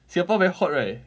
singapore very hot right